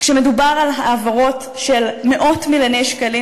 כשמדובר על העברות של מאות מיליוני שקלים,